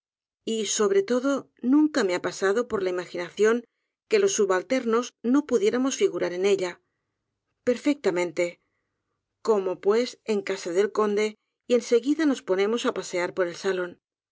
y sobre tddó nunca mé há pasado por la imaginación que los subalternos no pudiéramos figurar eh ella perfectamente cómo pues éñ casa del cóndé y en seguida nos ponemos á pasear pof el salón